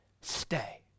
Stay